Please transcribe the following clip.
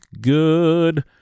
good